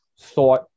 thought